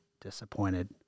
disappointed